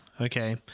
Okay